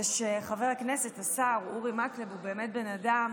שחבר הכנסת השר אורי מקלב הוא באמת בן אדם